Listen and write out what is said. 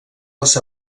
les